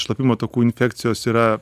šlapimo takų infekcijos yra